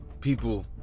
people